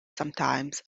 sometimes